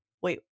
Wait